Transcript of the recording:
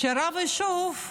שרב יישוב,